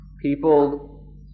People